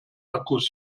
akkus